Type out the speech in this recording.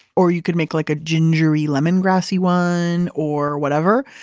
or you could make like a gingery lemon grassy one or whatever.